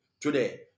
today